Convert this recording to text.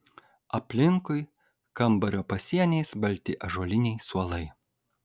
aplinkui kambario pasieniais balti ąžuoliniai suolai